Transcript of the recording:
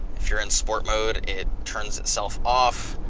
if you're in sport mode, it turns itself off.